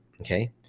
okay